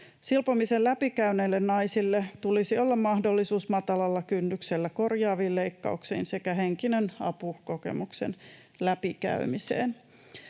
Silpomisen läpikäyneille naisille tulisi olla mahdollisuus matalalla kynnyksellä korjaaviin leikkauksiin sekä henkinen apu kokemuksen läpikäymiseen.